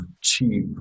cheap